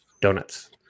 Donuts